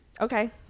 okay